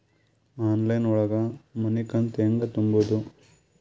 Online ಒಳಗ ಮನಿಕಂತ ಹ್ಯಾಂಗ ತುಂಬುದು?